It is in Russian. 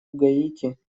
гаити